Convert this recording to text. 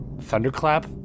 Thunderclap